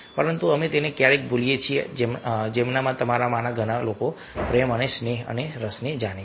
પરંતુ અમે તેને ક્યારેય ભૂલીએ છીએ જેમનામાં તમારામાંના ઘણા લોકો પ્રેમ અને સ્નેહ અને રસને જાણે છે